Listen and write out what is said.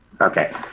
okay